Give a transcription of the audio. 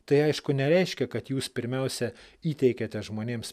tai aišku nereiškia kad jūs pirmiausia įteikiate žmonėms